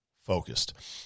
Focused